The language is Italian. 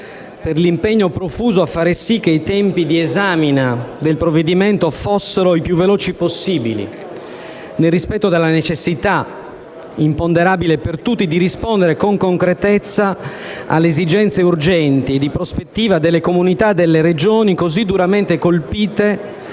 per l'impegno profuso a far sì che i tempi di disamina del provvedimento fossero i più veloci possibili, nel rispetto della necessità - imponderabile per tutti - di rispondere con concretezza alle esigenze urgenti e di prospettiva delle comunità delle Regioni così duramente colpite